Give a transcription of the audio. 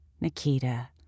Nikita